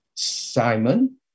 Simon